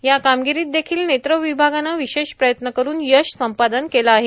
या कामगिरीत देखील नेत्र विभागानं विशेष प्रयत्न करून यश संपादन केलं आहे